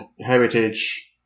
heritage